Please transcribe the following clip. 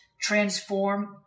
Transform